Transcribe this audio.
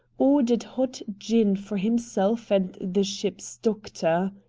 ordered hot gin for himself and the ship's doctor.